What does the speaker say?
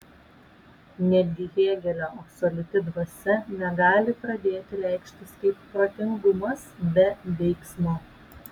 netgi hėgelio absoliuti dvasia negali pradėti reikštis kaip protingumas be veiksmo